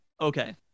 okay